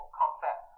comfort